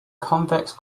convex